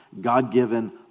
God-given